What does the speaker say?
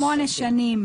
שמונה שנים,